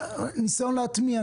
ניסיון להטמיע,